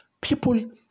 people